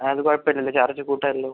അത് കുഴപ്പം ഇല്ലല്ലോ ചാർജ് കൂട്ടാല്ലോ